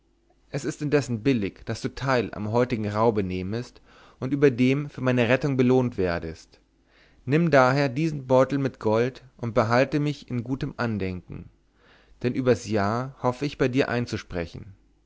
es ist indessen billig daß du teil am heutigen raube nehmest und überdem für meine rettung belohnt werdest nimm daher diesen beutel mit gold und behalte mich in gutem andenken denn übers jahr hoffe ich bei dir einzusprechen